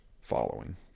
following